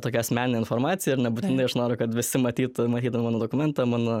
tokia asmeninė informacija ir nebūtinai aš noriu kad visi matytų matydami mano dokumentą mano